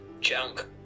junk